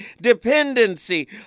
dependency